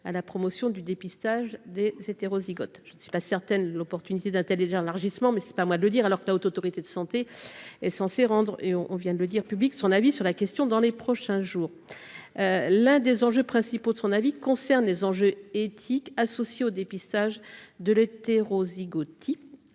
du dépistage des hétérozygote je ne suis pas certaine l'opportunité d'intelligent élargissement mais c'est pas à moi de le dire, alors que la Haute autorité de santé est censée rendre et on on vient de le dire public son avis sur la question dans les prochains jours, l'un des enjeux principaux de son avis concerne les enjeux éthiques associées au dépistage de l'hétérozygote